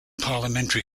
parliamentary